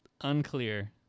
Unclear